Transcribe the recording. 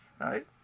right